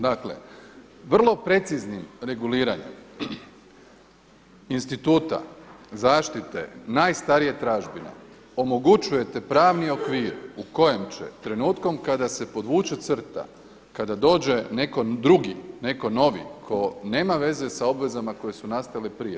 Dakle, vrlo preciznim reguliranjem instituta zaštite najstarije tražbine omogućujete pravni okvir u kojem će trenutkom kada se podvuče crta, kada dođe netko drugi, netko novi tko nema veze sa obvezama koje su nastale prije.